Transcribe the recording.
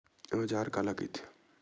औजार काला कइथे?